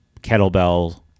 kettlebell